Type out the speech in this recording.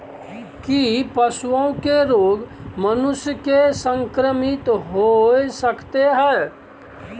की पशुओं के रोग मनुष्य के संक्रमित होय सकते है?